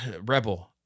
Rebel-